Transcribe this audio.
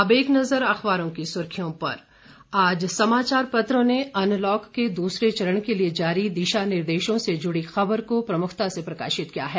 अब एक नज़र अखबारों की सुर्खियों पर आज समाचार पत्रों ने अनलॉक के दूसरे चरण के लिए जारी दिशा निर्देशों से जुड़ी खबर को प्रमुखता से प्रकाशित किया है